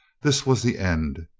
this was the end.